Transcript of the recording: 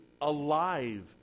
alive